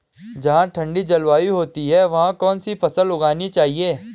जहाँ ठंडी जलवायु होती है वहाँ कौन सी फसल उगानी चाहिये?